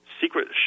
secret